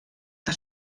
que